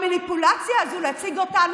המניפולציה הזאת להציג אותנו,